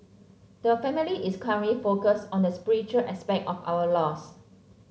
the family is currently focused on the spiritual aspect of our loss